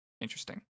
interesting